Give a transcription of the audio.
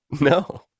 No